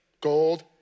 Gold